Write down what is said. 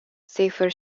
safer